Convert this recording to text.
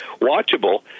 watchable